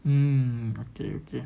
um okay okay